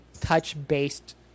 touch-based